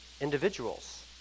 individuals